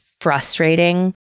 frustrating